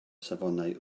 safonau